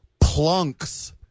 plunks